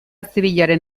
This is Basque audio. zibilaren